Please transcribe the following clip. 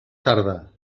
tarda